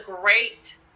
great